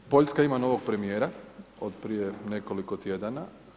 Poljska ima novog premijera od prije nekoliko tjedana.